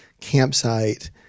campsite